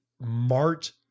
Mart